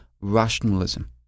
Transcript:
rationalism